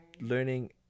learning